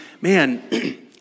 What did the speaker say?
man